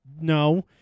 no